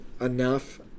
enough